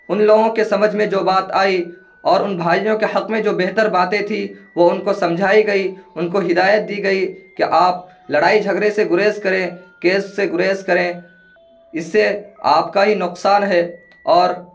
ان لوگوں کے سمجھ میں جو بات آئی اور ان بھائیوں کے حق میں جو بہتر باتیں تھی وہ ان کو سمجھائی گئی ان کو ہدایت دی گئی کہ آپ لڑائی جھگڑے سے گریز کریں کیس سے گریز کریں اس سے آپ کا ہی نقصان ہے اور